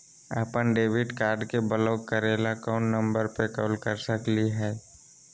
अपन debit card के block करे ला कौन नंबर पे कॉल कर सकली हई?